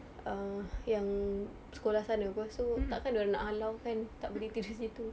err yang sekolah sana apa so takkan dia orang nak halau kan tak boleh tidur situ